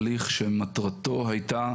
הליך שמטרתו הייתה